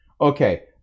Okay